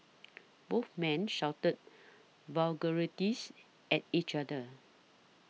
both men shouted vulgarities at each other